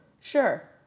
Sure